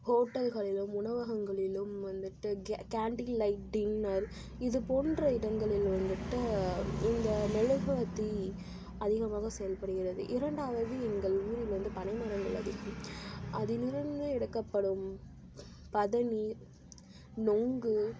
ஹோட்டல்களிலும் உணவகங்களிலும் வந்துட்டு கே கேண்டில் லைட் டின்னர் இது போன்ற இடங்களில் வந்துட்டு இந்த மெழுகுவத்தி அதிகமாக செயல்படுகிறது இரண்டாவது எங்கள் ஊரில் வந்து பனைமரங்கள் அதிகம் அதிலிருந்து எடுக்கப்படும் பதநீர் நொங்கு